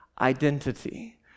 identity